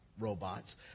robots